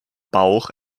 bauch